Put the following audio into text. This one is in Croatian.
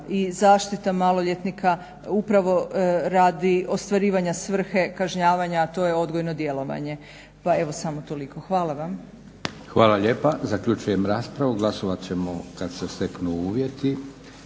i zaštita maloljetnika upravo radi ostvarivanja svrhe kažnjavanja a to je odgojno djelovanje. Samo toliko. Hvala vam. **Leko, Josip (SDP)** Hvala lijepa. Zaključujem raspravu. Glasovat ćemo kada se steknu uvjeti.